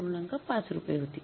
५ रुपये होती